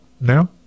now